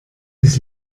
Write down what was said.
des